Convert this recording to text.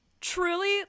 Truly